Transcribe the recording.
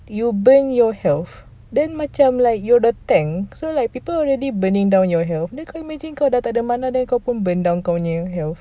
you burn your health then macam like you the tank so like people already burning down your health then kau imagine kau dah tiada mana then kau pun burn down